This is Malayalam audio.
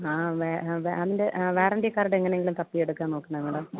ആ വാറൻണ്ടി കാർഡ് എങ്ങനെയെങ്കിലും തപ്പിയെടുക്കാൻ നോക്കുന്നേ മേഡം